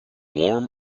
warm